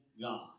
God